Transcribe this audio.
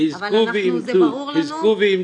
אבל --- חיזקו ואמצו ותמשיכו.